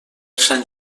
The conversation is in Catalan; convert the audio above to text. sant